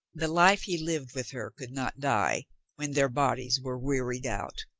the life he lived with her could not die when their bodies were wearied out.